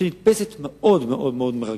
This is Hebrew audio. שנתפסת באופן מאוד מרגש,